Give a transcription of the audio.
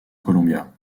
columbia